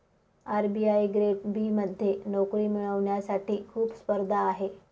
RBI grade B मध्ये नोकरी मिळवण्यासाठी खूप स्पर्धा आहे